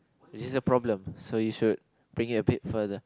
is this a problem so you should bring it a bit further